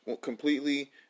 completely